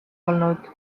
olnud